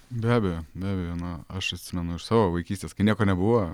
be abejo be abejo na aš atsimenu iš savo vaikystės kai nieko nebuvo